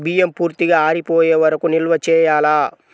బియ్యం పూర్తిగా ఆరిపోయే వరకు నిల్వ చేయాలా?